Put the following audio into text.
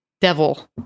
devil